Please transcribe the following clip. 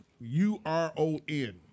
U-R-O-N